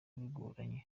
bigoranye